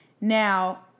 Now